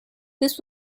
this